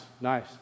nice